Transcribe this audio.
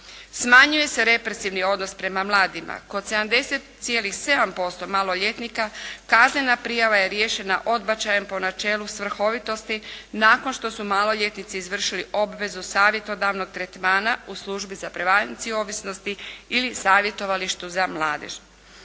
Smanjuje se represivni odnos prema mladima. Kod 70,7% maloljetnika kaznena prijava je riješena odbačajem po načelu svrhovitosti nakon što su maloljetnici izvršili obvezu savjetodavnog tretmana u službi za prevenciju ovisnosti ili savjetovalištu za mladež.